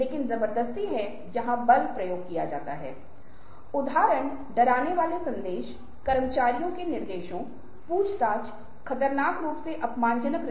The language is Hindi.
कई धर्म यहां तक कि भगवद गीता भी निश्काम कर्म के सिद्धांतों के बारे में बोलता हैं